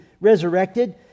resurrected